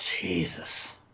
Jesus